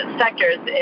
sectors